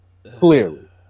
clearly